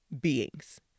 beings